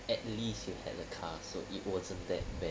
at least you had a car so it wasn't that bad